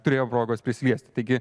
turėjo progos prisiliesti taigi